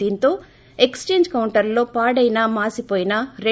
దీంతో ఎక్సేంజ్ కౌంటర్లలో పాడైన మాసిపోయిన రూ